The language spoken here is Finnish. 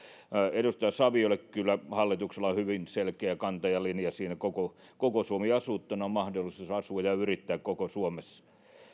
edustaja saviolle kyllä hallituksella on siinä hyvin selkeä kanta ja linja koko koko suomi asuttuna mahdollisuus asua ja yrittää koko suomessa